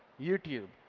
youtube,